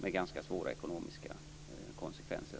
med ganska svåra ekonomiska konsekvenser.